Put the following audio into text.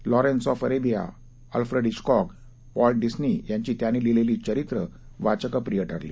Lawrence of Arabia Alfred Hitchcock Walt Disney यांची त्यांनी लिहिलेली चरित्र वाचकप्रिय ठरली